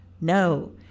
No